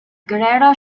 guerrero